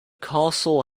castle